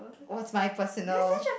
what's my personal